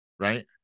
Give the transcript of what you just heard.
Right